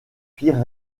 pire